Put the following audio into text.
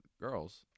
girls